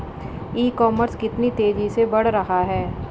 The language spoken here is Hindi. ई कॉमर्स कितनी तेजी से बढ़ रहा है?